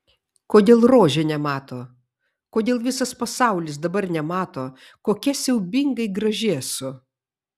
kodėl rožė nemato kodėl visas pasaulis dabar nemato kokia siaubingai graži esu